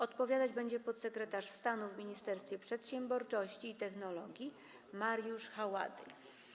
Odpowiadać będzie podsekretarz stanu w Ministerstwie Przedsiębiorczości i Technologii Mariusz Haładyj.